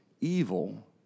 evil